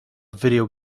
video